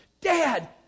Dad